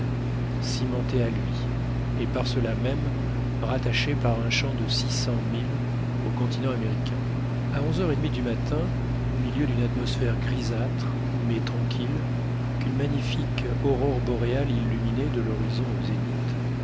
cimentée à lui et par cela même rattachée par un champ de six cents milles au continent américain à onze heures et demie du matin au milieu d'une atmosphère grisâtre mais tranquille qu'une magnifique aurore boréale illuminait de l'horizon au zénith